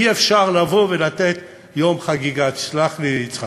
אי-אפשר לבוא ולתת יום חגיגה, סלח לי, יצחק,